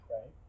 right